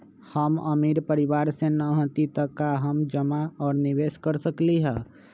हम अमीर परिवार से न हती त का हम जमा और निवेस कर सकली ह?